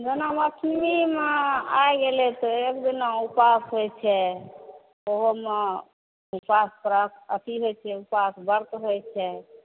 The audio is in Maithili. जन्मष्टमीमे आइ गेलै तऽ एक दिना उपास होइ छै ओहोमे अथी होइ छै उपास व्रत होइ छै